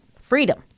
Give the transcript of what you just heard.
freedom